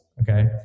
okay